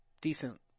decent